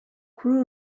kuri